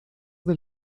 del